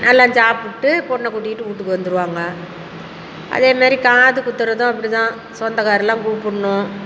எல்லாம் சாப்பிட்டு பொண்ணை கூட்டிட்டு வீட்டுக்கு வந்துடுவாங்க அதே மாரி காது குத்துறதும் அப்படி தான் சொந்தக்காருலாம் கூப்பிட்ணும்